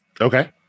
Okay